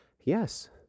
Yes